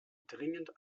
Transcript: dringend